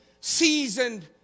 seasoned